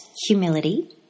humility